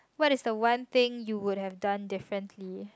what is the one thing you would have done differently